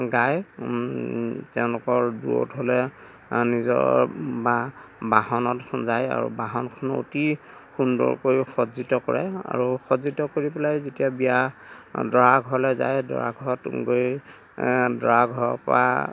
গায় তেওঁলোকৰ দূৰত হ'লে নিজৰ বা বাহনত যায় আৰু বাহনখনো অতি সুন্দৰকৈ সজ্জিত কৰে আৰু সজ্জিত কৰি পেলাই যেতিয়া বিয়া দৰা ঘৰলে যায় দৰা ঘৰত গৈ দৰা ঘৰৰ পৰা